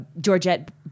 Georgette